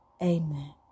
Amen